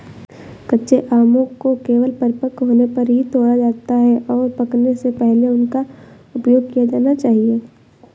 कच्चे आमों को केवल परिपक्व होने पर ही तोड़ा जाता है, और पकने से पहले उनका उपयोग किया जाना चाहिए